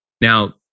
Now